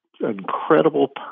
incredible